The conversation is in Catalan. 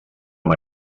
amb